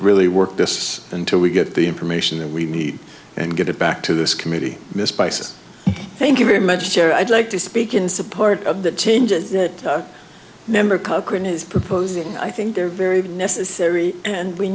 really work this until we get the information that we need and get it back to this committee miss prices thank you very magister i'd like to speak in support of the changes that number cochrane is proposing i think they're very necessary and we